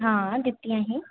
हां दित्तियां ही